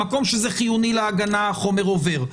עדיין, במקום שזה חיוני להגנה, החומר עובר.